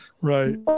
Right